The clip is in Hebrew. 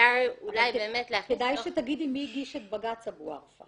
כדאי שתגידי מי הגיש את בג"ץ אבו ערפה.